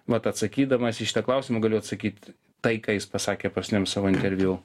vat atsakydamas į šitą klausimą galiu atsakyt tai ką jis pasakė paskutiniam savo interviu